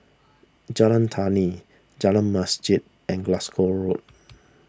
Jalan Tani Jalan Masjid and Glasgow Road